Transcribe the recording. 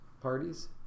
parties